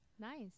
Nice